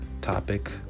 topic